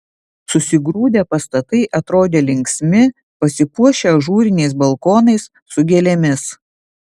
susigrūdę pastatai atrodė linksmi pasipuošę ažūriniais balkonais su gėlėmis